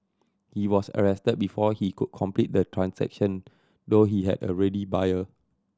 he was arrested before he could complete the transaction though he had a ready buyer